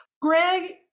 Greg